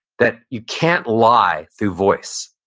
that you can't lie through voice.